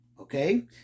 Okay